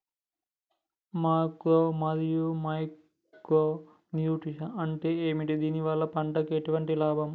Macro మరియు micro nutrients అంటే ఏమిటి? దీనివల్ల పంటకు ఎటువంటి లాభం?